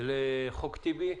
ל"חוק טיבי".